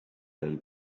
than